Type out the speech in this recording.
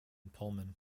pullman